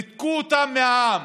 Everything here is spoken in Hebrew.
ניתקו אותם מהעם.